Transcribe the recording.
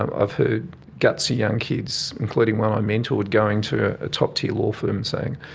ah i've heard gutsy young kids, including one i mentored, going to a top tier law firm and saying,